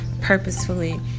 purposefully